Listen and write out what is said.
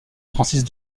francis